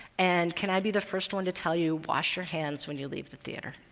and can i be the first one to tell you wash your hands when you leave the theater.